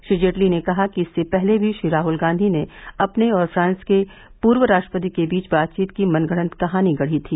श्री जेटली ने कहा कि इससे पहले भी श्री राहुल गांधी ने अपने और फ्रांस के पूर्व राष्ट्रपति के बीच बातचीत की मनगढंत कहानी गढ़ी थी